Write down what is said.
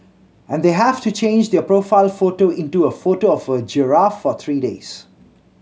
and they have to change their profile photo into a photo of a giraffe for three days